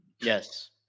Yes